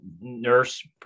nurse